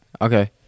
okay